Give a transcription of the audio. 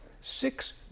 six